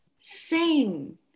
sing